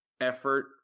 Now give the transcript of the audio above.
effort